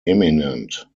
imminent